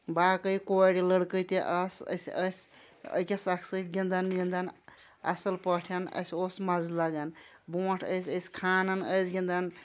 باقٕے کورِ لٔڑکہٕ تہِ ٲس أسۍ ٲسۍ أکِس اَکھ سۭتۍ گِنٛدان وِنٛدان اَصٕل پٲٹھۍ اَسہِ اوس مَزٕ لَگان بونٛٹھ ٲسۍ أسۍ کھانَن ٲسۍ گِنٛدان